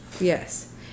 Yes